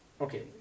okay